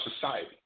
society